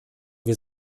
wir